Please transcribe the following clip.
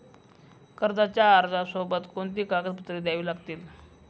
कर्जाच्या अर्जासोबत कोणती कागदपत्रे द्यावी लागतील?